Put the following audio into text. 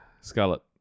Scarlet